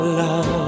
love